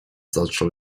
zaczął